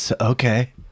Okay